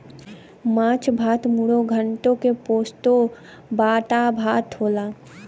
माछ भात मुडो घोन्टो के पोस्तो बाटा भात होला